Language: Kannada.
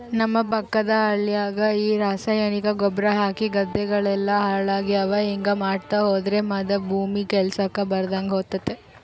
ನಮ್ಮ ಪಕ್ಕದ ಹಳ್ಯಾಗ ಈ ರಾಸಾಯನಿಕ ಗೊಬ್ರ ಹಾಕಿ ಗದ್ದೆಗಳೆಲ್ಲ ಹಾಳಾಗ್ಯಾವ ಹಿಂಗಾ ಮಾಡ್ತಾ ಹೋದ್ರ ಮುದಾ ಭೂಮಿ ಕೆಲ್ಸಕ್ ಬರದಂಗ ಹೋತತೆ